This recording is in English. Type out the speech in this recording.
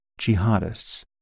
jihadists